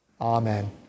Amen